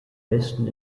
besten